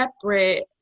separate